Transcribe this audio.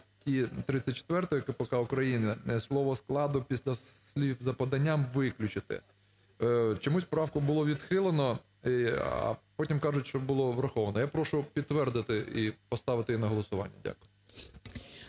34 КПК України слово "складу" після слів "за поданням" виключити. Чомусь правку було відхилено, а потім кажуть, що було враховано. Я прошу підтвердити і поставити її на голосування. Дякую.